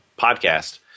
podcast